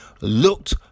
looked